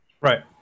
Right